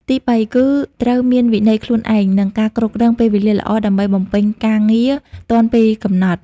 ទីបី គឺត្រូវមាន វិន័យខ្លួនឯង និង ការគ្រប់គ្រងពេលវេលាល្អ ដើម្បីបំពេញការងារទាន់ពេលកំណត់។